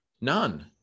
none